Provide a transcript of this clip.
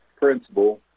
principal